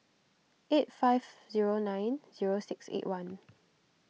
eight five zero nine zero six eight one